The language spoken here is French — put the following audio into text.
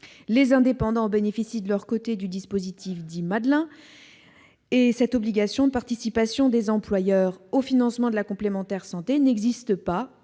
les indépendants bénéficient du dispositif dit Madelin. Cette obligation de participation des employeurs au financement de la complémentaire santé n'existe pas